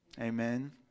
Amen